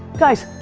guys,